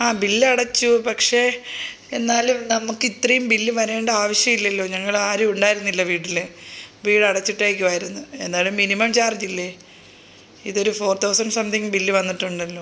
ആ ബില്ലടച്ചു പക്ഷേ എന്നാലും നമുക്കിത്രയും ബില്ല് വരേണ്ട ആവശ്യമില്ലല്ലോ ഞങ്ങളാരും ഉണ്ടായിരുന്നില്ല വീട്ടിൽ വീട് അടച്ചിട്ടിരിക്കുകയായിരുന്നു എന്നാലും മിനിമം ചാർജ്ജില്ലേ ഇതൊരു ഫോർ തൗസൻ്റ് സംതിങ്ങ് ബില്ല് വന്നിട്ടുണ്ടല്ലോ